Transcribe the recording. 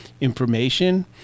information